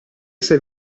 sei